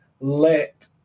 let